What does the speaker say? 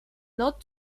not